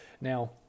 Now